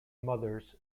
mothers